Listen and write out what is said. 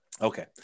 Okay